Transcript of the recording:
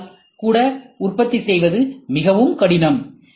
C ஆல் கூட உற்பத்தி செய்வது மிகவும் கடினம்